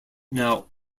now